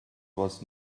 was